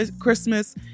Christmas